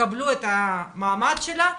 יקבל את המעמד שלה,